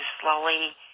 slowly